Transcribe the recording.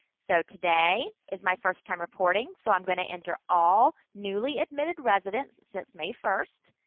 so, today is my first time reporting, so i'm going to enter all newly admitted residents since may first,